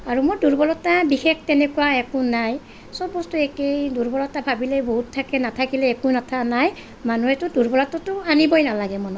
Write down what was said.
আৰু মোৰ দুৰ্বলতা বিশেষ তেনেকুৱা একো নাই চব বস্তু একেই দুৰ্বলতা ভাবিলেই বহুত থাকে নাথাকিলে একো নাই মানুহেটো দুৰ্বলতাটো আনিবই নালাগে মনত